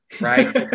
right